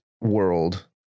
world